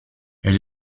elle